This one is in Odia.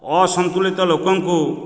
ଅସନ୍ତୁଳିତ ଲୋକଙ୍କୁ